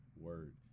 Word